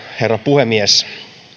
herra puhemies